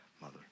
mother